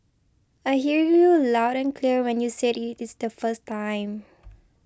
I hear you loud and clear when you said it is the first time